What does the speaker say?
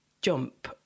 jump